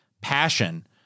passion